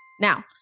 Now